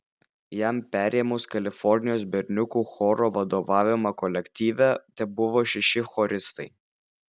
jam perėmus kalifornijos berniukų choro vadovavimą kolektyve tebuvo šeši choristai